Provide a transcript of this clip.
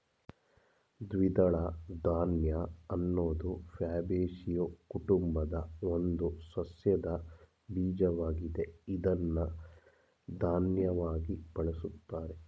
ದ್ವಿದಳ ಧಾನ್ಯ ಅನ್ನೋದು ಫ್ಯಾಬೇಸಿಯೊ ಕುಟುಂಬದ ಒಂದು ಸಸ್ಯದ ಬೀಜವಾಗಿದೆ ಇದ್ನ ಧಾನ್ಯವಾಗಿ ಬಳುಸ್ತಾರೆ